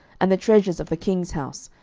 and the treasures of the king's house,